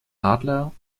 adler